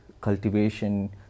cultivation